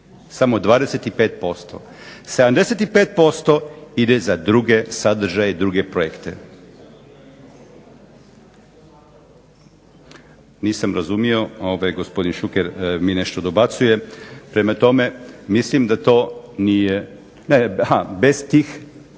samo 25%. 75% ide za druge sadržaje i druge projekte. Nisam razumio, gospodin Šuker mi nešto dobacuje. Prema tome, mislim da to nije.